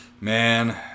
Man